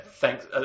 thanks